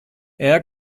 air